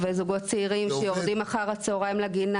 ואין ספק שזה יבלום ויעזור לנו בהרבה מאוד דברים.